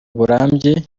burambye